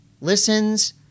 listens